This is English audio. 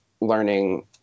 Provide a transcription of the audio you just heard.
learning